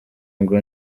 ngo